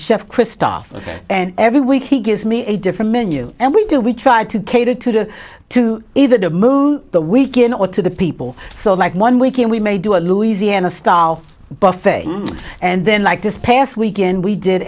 chef christophe and every week he gives me a different menu and we do we try to cater to to either to move the we can or to the people so like one weekend we may do a louisiana style buffing and then like this past weekend we did